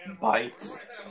bites